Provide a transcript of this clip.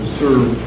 serve